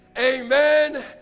amen